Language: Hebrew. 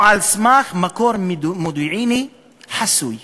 או על סמך מקור מודיעיני חסוי